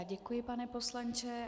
Děkuji, pane poslanče.